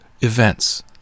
events